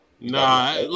Nah